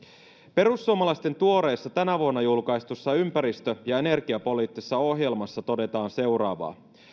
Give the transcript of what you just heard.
perussuomalaisten tuoreessa tänä vuonna julkaistussa ympäristö ja energiapoliittisessa ohjelmassa todetaan seuraavaa